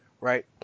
right